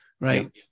right